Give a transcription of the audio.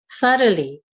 thoroughly